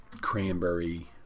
cranberry